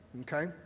Okay